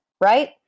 right